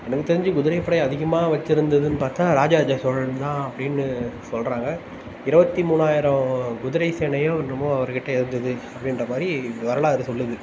எனக்கு தெரிஞ்சு குதிரைப்படை அதிகமாக வச்சுருந்ததுன்னு பார்த்தா ராஜ ராஜ சோழன் தான் அப்படின்னு சொல்லுறாங்க இருபத்தி மூணாயிரம் குதிரை சேனையும் என்னமோ அவர்கிட்ட இருந்துது அப்படின்ற மாதிரி வரலாறு சொல்லுது